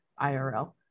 IRL